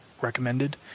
recommended